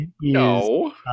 no